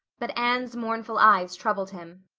but anne's mournful eyes troubled him.